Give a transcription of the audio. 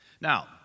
now